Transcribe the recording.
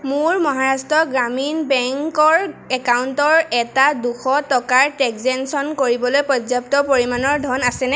মোৰ মহাৰাষ্ট্ৰ গ্ৰামীণ বেংকৰ একাউণ্টৰ এটা দুশ টকাৰ ট্ৰেঞ্জেকশ্য়ন কৰিবলৈ পৰ্যাপ্ত পৰিমাণৰ ধন আছেনে